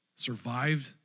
survived